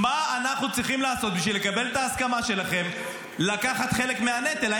מה אנחנו צריכים לעשות בשביל לקבל את ההסכמה שלכם לקחת חלק מהנטל?